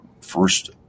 first